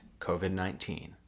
COVID-19